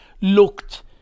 looked